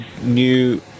new